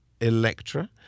Electra